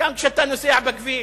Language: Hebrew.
גם כשאתה נוסע בכביש,